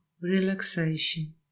relaxation